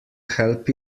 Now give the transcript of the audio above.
help